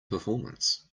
performance